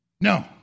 No